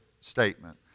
statement